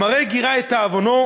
המראה גירה את תאבונו,